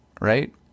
right